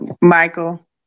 Michael